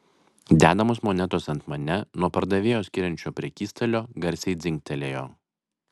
dedamos monetos ant mane nuo pardavėjo skiriančio prekystalio garsiai dzingtelėjo